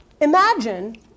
Imagine